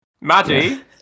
Maddie